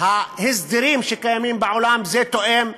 ההסדרים שקיימים בעולם זה תואם,